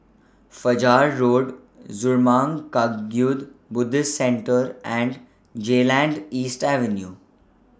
Fajar Road Zurmang Kagyud Buddhist Centre and Geylang East Avenue